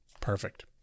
perfect